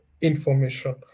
information